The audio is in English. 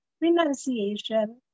renunciation